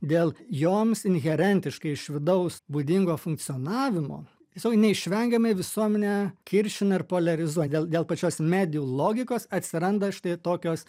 dėl joms inherentiškai iš vidaus būdingo funkcionavimo tiesiog neišvengiamai visuomenę kiršina ir poliarizuoja dėl dėl pačios medijų logikos atsiranda štai tokios